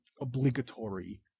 obligatory